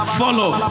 follow